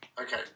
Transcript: Okay